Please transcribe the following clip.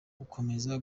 gukomeza